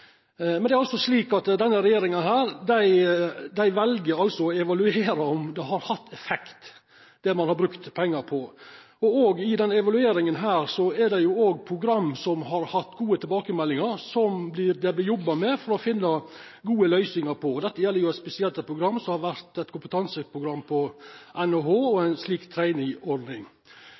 Men denne regjeringa vel å evaluera om det ein har brukt pengar på, har hatt effekt. I denne evalueringa er det òg program som har fått gode tilbakemeldingar, og som det vert jobba med å finna gode løysingar på. Dette gjeld spesielt eit program som har vore eit kompetanseprogram på NHH og